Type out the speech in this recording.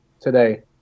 today